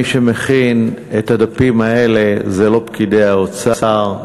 מי שמכין את הדפים האלה זה לא פקידי האוצר.